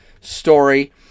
story